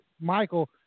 michael